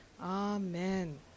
Amen